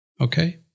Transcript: Okay